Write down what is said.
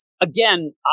Again